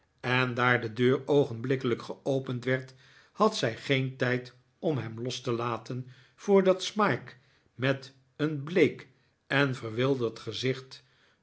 en daar de deur oogenblikkelijk geopend werd had zij geen tijd om hem los te laten voordat smike met een bleek en verwilderd gezicht